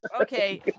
Okay